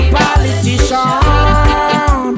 politician